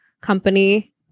company